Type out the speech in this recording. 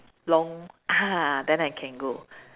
long ah then I can go